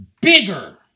bigger